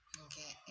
okay